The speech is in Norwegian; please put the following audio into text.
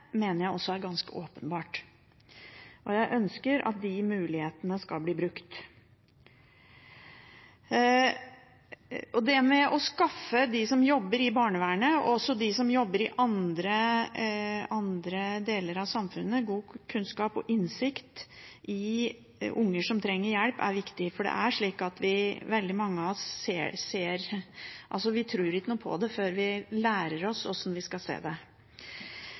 mener jeg også er ganske åpenbart. Og jeg ønsker at de mulighetene skal bli brukt. Det å skaffe de som jobber i barnevernet, og også de som jobber i andre deler av samfunnet, god kunnskap om og innsikt i unger som trenger hjelp, er viktig. For det er slik for veldig mange av oss at vi tror ikke noe på det før vi lærer oss hvordan vi skal se det.